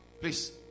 Please